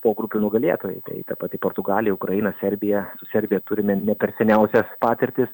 pogrupių nugalėtojai tai ta pati portugalija ukraina serbija serbija turime ne per seniausia patirtis